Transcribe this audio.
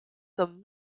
comme